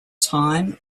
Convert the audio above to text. time